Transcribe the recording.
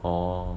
oh